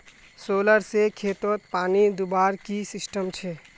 Solar से खेतोत पानी दुबार की सिस्टम छे?